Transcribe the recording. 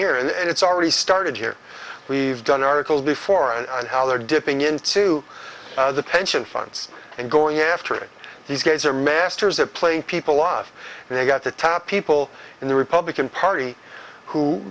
here and it's already started here we've done articles before and how they're dipping into the pension funds and going after these guys are masters at playing people off and they've got the top people in the republican party who